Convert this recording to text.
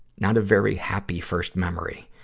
not a very happy first memory.